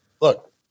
look